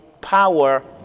power